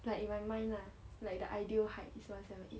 like in my mind lah like the ideal height is one seven eight